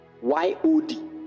Y-O-D